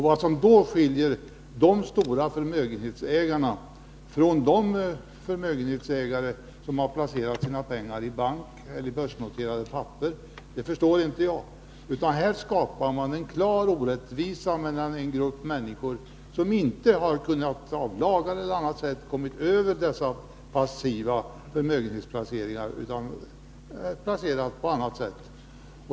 Vad som då skiljer dessa stora förmögenhetsägare från de förmögenhetsägare som har placerat sina pengar i bank eller i börsnoterade papper förstår inte jag. Här skapar man en klar orättvisa gentemot en grupp människor som — på grund av lagar eller annat — inte har kunnat komma över dessa passiva förmögenhetsplaceringar utan placerat på annat sätt.